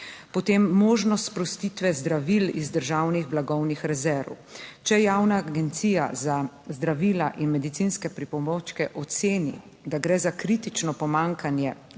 potem možnost sprostitve zdravil iz državnih blagovnih rezerv. Če Javna agencija za zdravila in medicinske pripomočke oceni, da gre za kritično pomanjkanje,